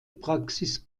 praxis